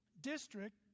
district